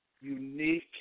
unique